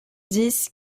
dix